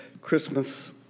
Christmas